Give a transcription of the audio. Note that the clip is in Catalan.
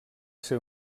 ser